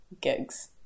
gigs